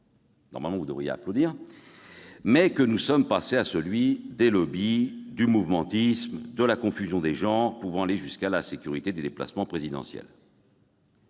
normalement, vous devriez applaudir -, mais que nous sommes passés à celui des lobbies, du mouvementisme, de la confusion des genres pouvant aller jusqu'à la sécurité des déplacements présidentiels